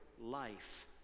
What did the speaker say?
life